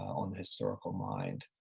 on the historical mind